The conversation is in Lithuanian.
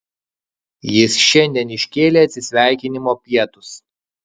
jis šiandien iškėlė atsisveikinimo pietus